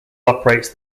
operates